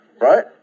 right